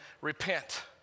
repent